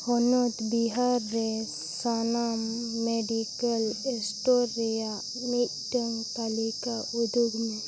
ᱦᱳᱱᱚᱛ ᱵᱤᱦᱟᱨ ᱨᱮ ᱥᱟᱱᱟᱢ medical store ᱨᱮᱱᱟᱜ ᱢᱤᱫᱴᱟᱝ ᱛᱟᱞᱤᱠᱟ ᱩᱫᱩᱜᱽ ᱢᱮ